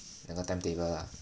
那个 timetable lah